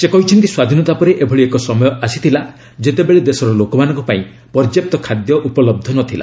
ସେ କହିଛନ୍ତି ସ୍ୱାଧୀନତା ପରେ ଏଭଳି ଏକ ସମୟ ଆସିଥିଲା ଯେତେବେଳେ ଦେଶର ଲୋକମାନଙ୍କ ପାଇଁ ପର୍ଯ୍ୟାପ୍ତ ଖାଦ୍ୟ ଉପଲବ୍ଧ ନଥିଲା